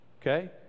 okay